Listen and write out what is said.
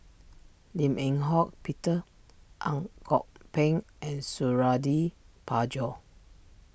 Lim Eng Hock Peter Ang Kok Peng and Suradi Parjo